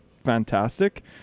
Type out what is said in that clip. fantastic